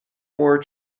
more